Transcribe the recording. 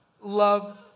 love